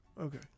okay